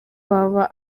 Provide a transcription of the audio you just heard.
baba